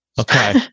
Okay